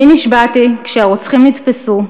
אני נשבעתי כשהרוצחים נתפסו,